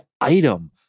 item